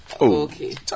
Okay